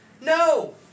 No